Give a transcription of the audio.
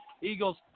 Eagles